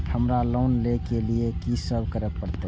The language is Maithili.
हमरा लोन ले के लिए की सब करे परते?